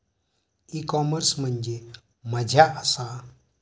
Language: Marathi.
ई कॉमर्स म्हणजे मझ्या आसा?